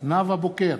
נאוה בוקר,